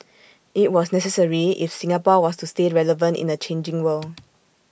IT was necessary if Singapore was to stay relevant in A changing world